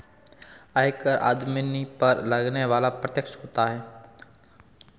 आयकर आमदनी पर लगने वाला प्रत्यक्ष कर होता है